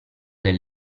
del